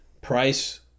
Price